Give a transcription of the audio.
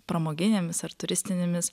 pramoginėmis ar turistinėmis